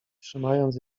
trzymając